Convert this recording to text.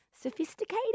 sophisticated